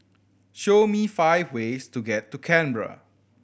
show me five ways to get to Canberra